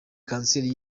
kanseri